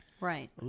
Right